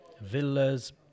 Villas